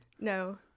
No